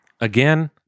Again